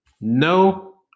No